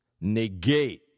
negate